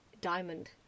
diamond